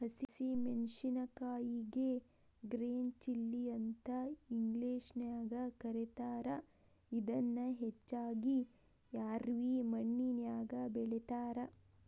ಹಸಿ ಮೆನ್ಸಸಿನಕಾಯಿಗೆ green chilli ಅಂತ ಇಂಗ್ಲೇಷನ್ಯಾಗ ಕರೇತಾರ, ಇದನ್ನ ಹೆಚ್ಚಾಗಿ ರ್ಯಾವಿ ಮಣ್ಣಿನ್ಯಾಗ ಬೆಳೇತಾರ